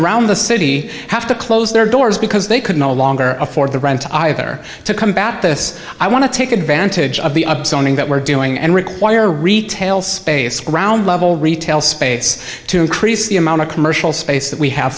around the city have to close their doors because they could no longer afford the rent either to combat this i want to take advantage of the upswing that we're doing and require retail space around level retail space to increase the amount of commercial space that we have